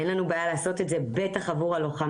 אין לנו בעיה לעשות את זה, בטח עבור הלוחמים.